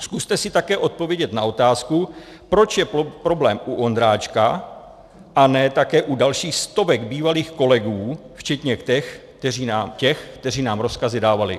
Zkuste si také odpovědět na otázku, proč je problém u Ondráčka a ne také u dalších stovek bývalých kolegů, včetně těch, kteří nám rozkazy dávali.